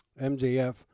MJF